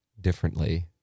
differently